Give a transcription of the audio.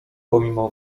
pomimo